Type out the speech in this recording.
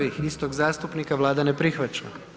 istog zastupnika, Vlada ne prihvaća.